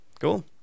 Cool